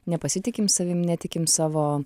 nepasitikim savimi netikim savo